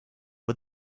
but